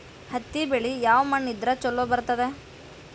ಹತ್ತಿ ಬೆಳಿ ಯಾವ ಮಣ್ಣ ಇದ್ರ ಛಲೋ ಬರ್ತದ?